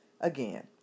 again